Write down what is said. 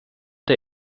der